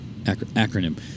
acronym